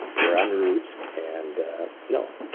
we're en route, and no.